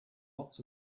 lots